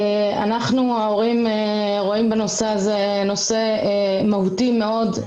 אנחנו ההורים רואים בנושא הזה נושא מהותי מאוד,